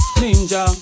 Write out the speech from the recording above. ninja